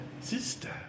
sister